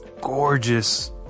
gorgeous